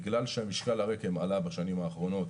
בגלל שמשקל הרק"ם עלה בשנים האחרונות,